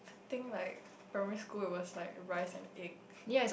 I think like primary school it was like rice and egg